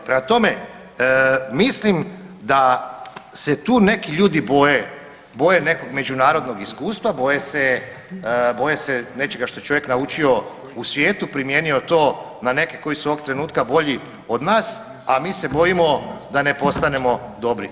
Prema tome, mislim da se tu neki ljudi bolje nekog međunarodnog iskustva, boje se nečega što je čovjek naučio u svijetu, primijenio to na neke koji su ovog trenutka bolji od nas, a mi se bojimo da ne postanemo dobri.